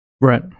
Right